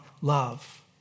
love